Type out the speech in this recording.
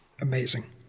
Amazing